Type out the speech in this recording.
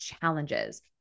challenges